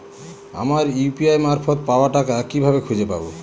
আমার ইউ.পি.আই মারফত পাওয়া টাকা কিভাবে খুঁজে পাব?